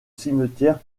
cimetière